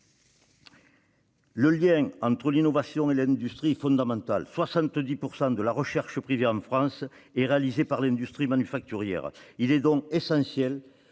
Le lien entre innovation et industrie est fondamental. Ainsi, 70 % de la recherche privée en France est réalisée par l'industrie manufacturière. Il est donc essentiel